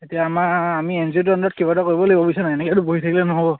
এতিয়া আমাৰ আমি এন জি অ'টোৰ আণ্ডাৰত কিবা এটা কৰিব লাগিব বুইছানে এনেকৈতো বহি থাকিলে নহ'ব